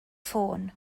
ffôn